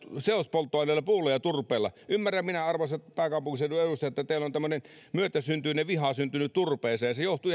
seospolttoaineella puulla ja turpeella ymmärrän minä arvoisat pääkaupunkiseudun edustajat että teillä on tämmöinen myötäsyntyinen viha syntynyt turpeeseen se johtuu